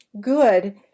good